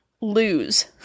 lose